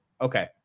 Okay